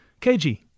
KG